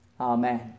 Amen